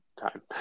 time